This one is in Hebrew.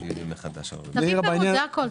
תביא פירוט.